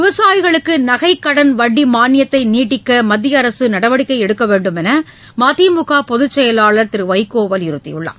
விவசாயிகளுக்கு நகைக்கடன் வட்டி மானியத்தை நீட்டிக்க மத்திய அரசு நடவடிக்கை எடுக்க வேண்டும் என்று மதிமுக பொதுச்செயலாளர் திரு வைகோ வலியுறுத்தியுள்ளார்